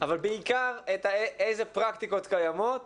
אבל בעיקר איזה פרקטיקות קיימות,